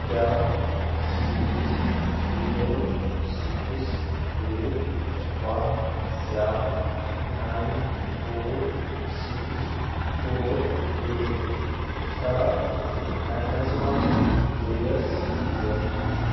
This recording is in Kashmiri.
کیٛاہ six zero six eight one seven nine four six four eight چھےٚ اٮ۪مٮ۪زان پے یَس پٮ۪ٹھ